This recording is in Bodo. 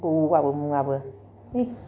बौआबो मुवाबो